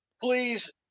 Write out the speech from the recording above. please